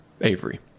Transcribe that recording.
Avery